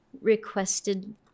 requested